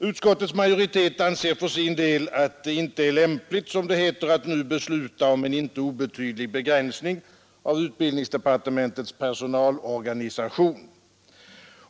Utskottets majoritet anser för sin del att det inte är lämpligt, som det heter, att nu besluta om en inte obetydlig begränsning av utbildningsdepartementets personalorganisation.